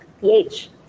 PH